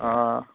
آ